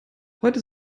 heute